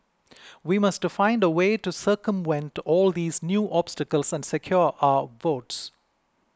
we must find a way to circumvent all these new obstacles since secure our votes